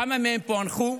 כמה מהם פוענחו?